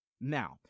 Now